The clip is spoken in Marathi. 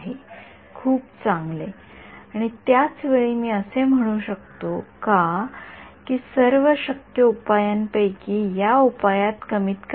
तर आम्ही नैसर्गिक प्रतिमा बघणार आहे आणि सिग्नल प्रोसेसिंग किंवा डीएसपी मध्ये आपण वेगवेगळ्या प्रकारच्या आधारावर पाहिले होते तर तेथे wavelet base discrete cosine basis Fourier transform basis असे अनेक बेसेस आहेत